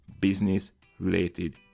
business-related